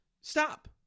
stop